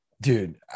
Dude